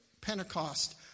pentecost